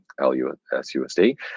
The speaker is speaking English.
LUSUSD